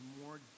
more